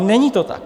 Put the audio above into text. Není to tak.